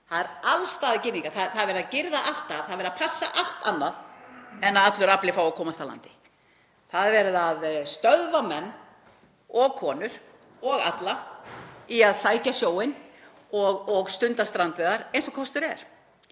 þá eru alls staðar girðingar. Það er verið að girða allt af, það er verið að passa allt annað en að allur afli fái að komast að landi. Það er verið að stöðva menn og konur og alla í að sækja sjóinn og stunda strandveiðar eins og kostur er.